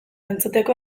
entzuteko